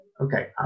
Okay